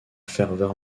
ferveur